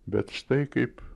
bet štai kaip